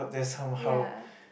ya